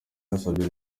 yasabye